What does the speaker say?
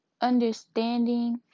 understanding